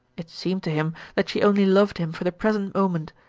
it seemed to him that she only loved him for the present moment,